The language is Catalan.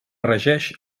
regeix